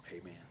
Amen